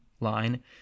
line